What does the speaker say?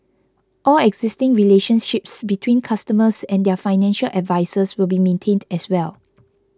all existing relationships between customers and their financial advisers will be maintained as well